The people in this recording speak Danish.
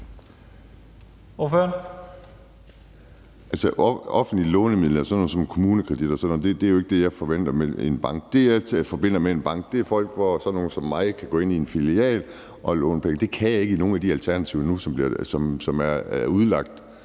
(DD): Altså, offentlige lånemidler, sådan noget som KommuneKredit, er jo ikke det, jeg forbinder med en bank. Det, jeg forbinder med en bank, er et sted, hvor sådan nogle som mig kan gå ind i en filial og låne penge. Det kan jeg ikke nu i nogen af de alternativer, som er udlagt